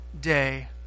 day